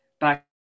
back